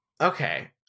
okay